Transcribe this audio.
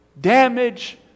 damage